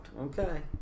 Okay